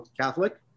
Catholic